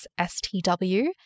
STW